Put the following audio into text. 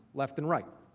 left and right.